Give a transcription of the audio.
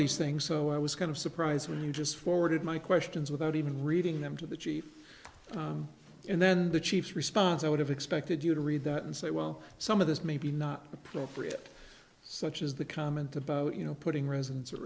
these things so i was kind of surprised when you just forwarded my questions without even reading them to the chief and then the chiefs response i would have expected you to read that and say well some of this may be not appropriate such as the comment about you know putting residents at